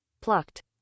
plucked